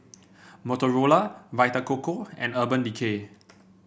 Motorola Vita Coco and Urban Decay